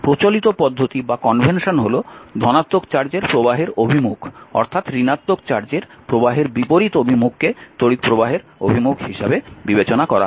প্রচলিত পদ্ধতি বা কনভেনশন হল ধনাত্মক চার্জের প্রবাহের অভিমুখ অর্থাৎ ঋণাত্মক চার্জের প্রবাহের বিপরীত অভিমুখকেই তড়িৎপ্রবাহের অভিমুখ হিসাবে বিবেচনা করা হয়